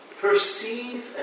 perceive